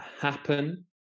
happen